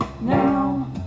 now